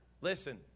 Listen